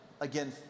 Again